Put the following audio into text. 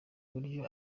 uburyo